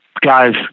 guys